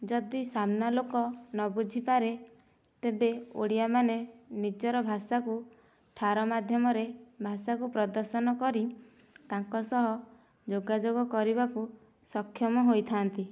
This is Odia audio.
ଯଦି ସାମ୍ନା ଲୋକ ନବୁଝି ପାରେ ତେବେ ଓଡିଆ ମାନେ ନିଜର ଭାଷାକୁ ଠାର ମାଧ୍ୟମରେ ଭାଷାକୁ ପ୍ରଦର୍ଶନ କରି ତାଙ୍କ ସହ ଯୋଗାଯୋଗ କରିବାକୁ ସକ୍ଷମ ହୋଇଥାନ୍ତି